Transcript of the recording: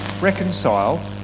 reconcile